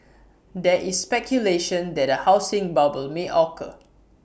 there is speculation that A housing bubble may occur